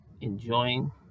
enjoying